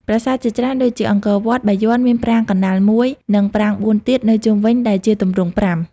ប្រាសាទជាច្រើន ដូចជាអង្គរវត្ត បាយ័ន មានប្រាង្គកណ្តាលមួយ និងប្រាង្គបួនទៀតនៅជុំវិញ ដែលជាទម្រង់ប្រាំ។